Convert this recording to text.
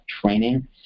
training